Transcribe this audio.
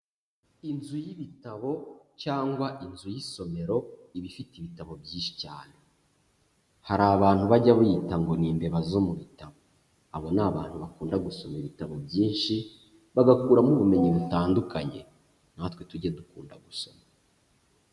Inzu y'ibitabo cyangwa inzu y'isomero, iba ifite ibitabo byinshi cyane, hari abantu bajya biyita ngo ni imbeba zo mu bitabo, abo ni abantu bakunda gusoma ibitabo byinshi, bagakuramo ubumenyi butandukanye, natwe tujye dukunda gusoma.